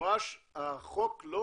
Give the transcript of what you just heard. במפורש הקרן לא